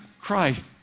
Christ